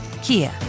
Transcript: Kia